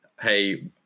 hey